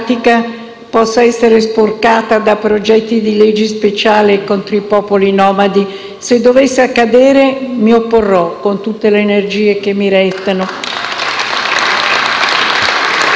possa essere sporcata da progetti di leggi speciali contro i popoli nomadi. Se dovesse accadere, mi opporrò con tutte le energie che mi restano.